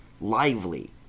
lively